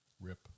Rip